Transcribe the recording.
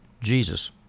jesus